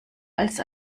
als